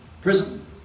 Prison